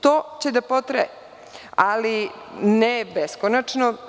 To će da potraje, ali ne beskonačno.